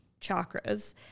chakras